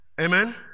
Amen